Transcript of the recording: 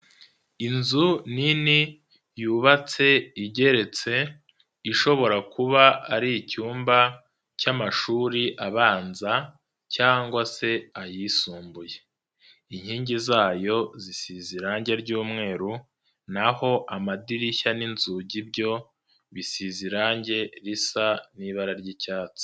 Inzu nini yubatse igeretse, ishobora kuba ari icyumba cy'amashuri abanza cyangwa se ayisumbuye. Inkingi zayo zisize irangi ry'umweru, naho amadirishya n'inzugi byo bisize irangi risa n'ibara ry'icyatsi.